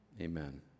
Amen